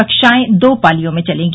कक्षाएं दो पालियों में चलेंगी